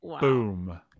boom